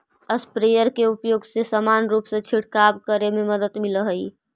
sprayer के उपयोग से समान रूप से छिडकाव करे में मदद मिलऽ हई